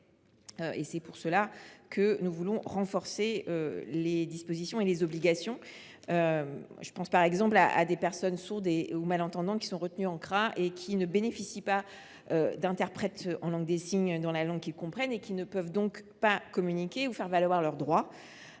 C’est pour cela que nous voulons renforcer les dispositions et les obligations. Je pense par exemple à des personnes sourdes ou malentendantes qui sont retenues en CRA et qui ne bénéficient pas d’interprètes en langue des signes dans la langue qu’ils comprennent : elles ne peuvent donc pas communiquer ou faire valoir leurs droits.